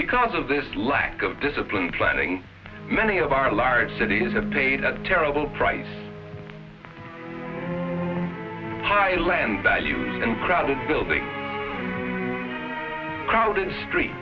because of this lack of discipline planning many of our large cities have paid a terrible price high land values in crowded buildings crowded street